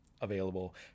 available